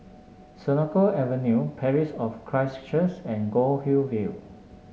Senoko Avenue Parish of Christ Church and Goldhill View